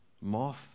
moth